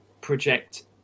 project